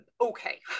Okay